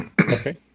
Okay